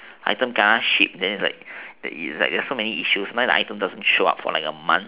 items kena ship then it's like it's like there is so many issues my item like doesn't show up for like a month